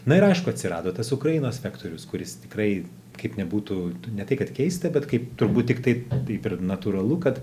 na ir aišku atsirado tas ukrainos vektorius kuris tikrai kaip nebūtų ne tai kad keista bet kaip turbūt tiktai taip ir natūralu kad